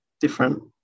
different